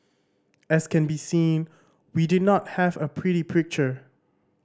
as can be seen we do not have a pretty picture